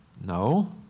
No